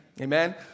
Amen